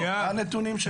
מה הנתונים שלה?